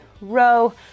row